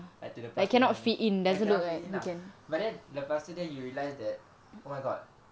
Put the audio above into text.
until the party and cannot fit in lah but then lepas tu then he realise that oh my god